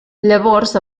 llavors